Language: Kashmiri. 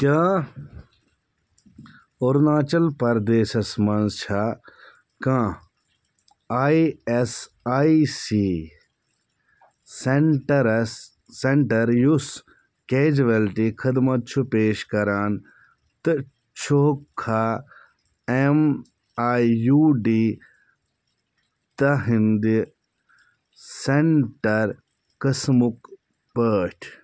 کیٛاہ أروٗناچل پردیسس مَنٛز چھا کانٛہہ I S I C centres centre یُس کیجوَلٹی خدمت چھُ پیش کران تہٕ چھُکھا ایم آی یوٗ ڈی تہنٛدِ سینٹر قٕسمُک پٲٹھۍ